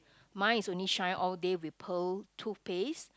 mine is only shine all day with pearl toothpaste